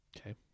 Okay